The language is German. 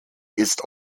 ist